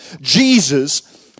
Jesus